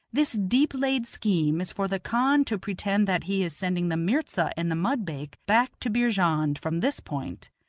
this deep-laid scheme is for the khan to pretend that he is sending the mirza and the mudbake back to beerjand from this point,